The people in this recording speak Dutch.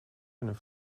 kunnen